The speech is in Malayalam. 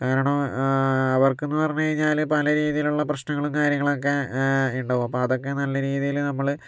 കാരണം അവർക്കെന്നു പറഞ്ഞുകഴിഞ്ഞാല് പല രീതിയിലുള്ള പ്രശ്നങ്ങളും കാര്യങ്ങളൊക്കെ ഉണ്ടാകും അപ്പോൾ അതൊക്കെ നല്ല രീതിയിൽ നമ്മൾ